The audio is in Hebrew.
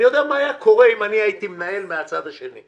אני יודע מה היה קורה אם הייתי מנהל את זה מהצד השני.